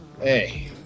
Hey